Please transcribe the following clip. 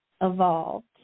evolved